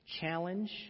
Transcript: challenge